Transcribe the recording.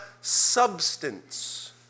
substance